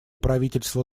правительства